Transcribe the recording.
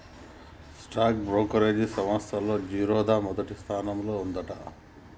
stock brokerage సంస్తల్లో జిరోదా మొదటి స్థానంలో ఉందంట